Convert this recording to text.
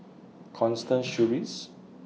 Constance Sheares